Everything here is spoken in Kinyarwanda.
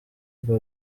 urwo